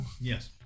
Yes